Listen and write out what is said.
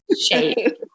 shape